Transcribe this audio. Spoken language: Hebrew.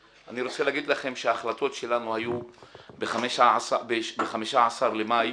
אני רוצה להגיד לכם שההחלטות שלנו היו ב-15 במאי: